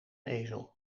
ezel